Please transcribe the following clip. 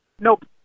Nope